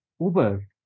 Uber